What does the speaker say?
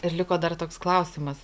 ir liko dar toks klausimas